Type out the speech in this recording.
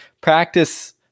practice